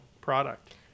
product